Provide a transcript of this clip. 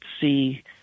see